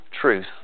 truth